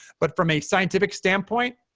but from a scientific standpoint,